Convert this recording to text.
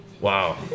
Wow